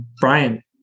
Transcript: Brian